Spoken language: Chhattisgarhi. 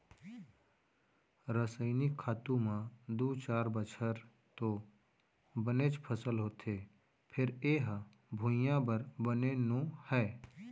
रसइनिक खातू म दू चार बछर तो बनेच फसल होथे फेर ए ह भुइयाँ बर बने नो हय